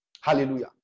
Hallelujah